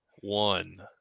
one